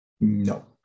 No